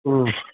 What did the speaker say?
ꯎꯝ